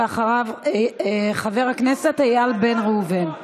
ואחריו, חבר הכנסת איל בן ראובן.